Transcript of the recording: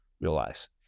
realize